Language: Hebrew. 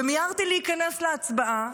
ומיהרתי להיכנס להצבעה.